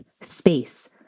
space